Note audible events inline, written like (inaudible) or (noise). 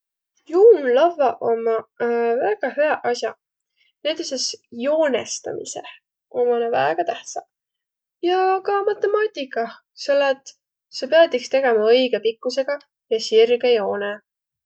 Juunlavvaq ommaq (hesitation) väega hüäq as'aq. Näütüses joonestamiseh ommaq na väega tähtsäq. Ja ka matemaatikah, selle et sa piät iks tegemä õigõ pikkusõgaq ja sirge joonõ.